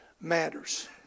matters